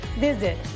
visit